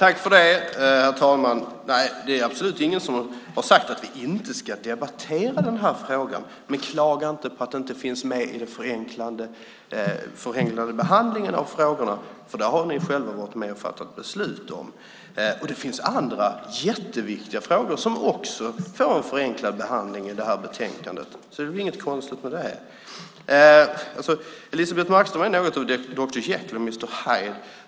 Herr talman! Nej, det är absolut ingen som har sagt att vi inte ska debattera den här frågan, men klaga inte på att den inte finns med i den förenklade behandlingen av frågorna. Det har ni själva varit med och fattat beslut om. Det finns andra jätteviktiga frågor som också får en förenklad behandling i det här betänkandet. Det är väl inget konstigt med det. Elisebeht Markström är något av doktor Jekyll och mister Hyde.